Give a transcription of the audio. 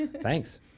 thanks